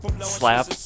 slap